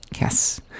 Yes